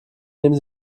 nehme